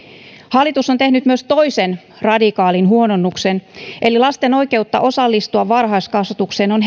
hallitus on tehnyt myös toisen radikaalin huononnuksen eli lasten oikeutta osallistua varhaiskasvatukseen on